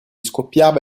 scoppiava